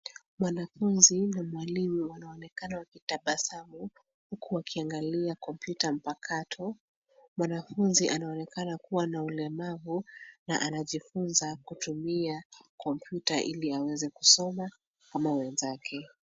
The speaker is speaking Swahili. Mwanafunzi na mwalimu wanaonekana wakitabasamu huku wakiangalia kompyuta mpakato. Mwanafunzi anaonekana kuwa na ulemavu na anajifunza kutumia kompyuta ili aweze kusoma kama wenzake.